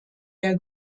der